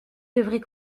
devrait